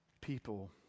people